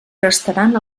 restaran